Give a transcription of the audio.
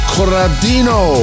Corradino